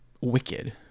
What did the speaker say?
wicked